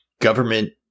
government